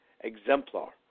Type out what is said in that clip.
exemplar